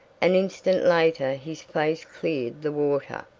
an instant later his face cleared the water.